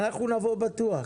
אנחנו נבוא בטוח.